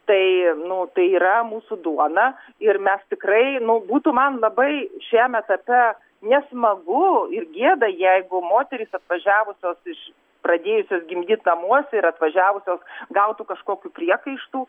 tai nu tai yra mūsų duona ir mes tikrai nu būtų man labai šiam etape nesmagu ir gėda jeigu moterys atvažiavusios iš pradėjusios gimdyt namuose ir atvažiavusios gautų kažkokių priekaištų